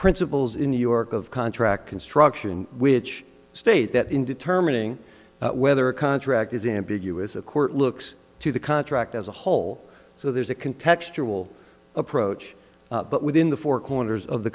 principles in new york of contract construction which state that in determining whether a contract is ambiguous a court looks to the contract as a whole so there's a can text or will approach but within the four corners of the